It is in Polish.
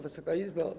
Wysoka Izbo!